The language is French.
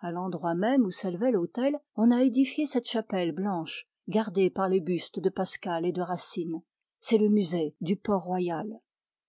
à l'endroit même où s'élevait l'autel on a édifié cette chapelle blanche gardée par les bustes de pascal et de racine c'est le musée de port-royal